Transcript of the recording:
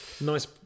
Nice